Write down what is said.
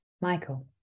Michael